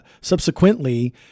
subsequently